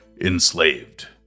enslaved